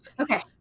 Okay